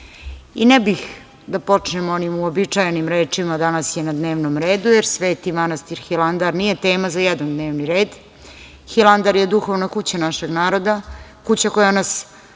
I ne bih da počnem onim uobičajenim rečima - danas je na dnevnom redu, jer Sveti manastir Hilandar nije tema za jedan dnevni red. Hilandar je duhovna kuća našeg naroda, kuća koja nas